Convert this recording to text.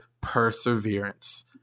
perseverance